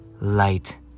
light